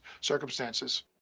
circumstances